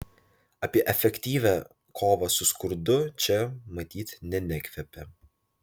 apie efektyvią kovą su skurdu čia matyt ne nekvepia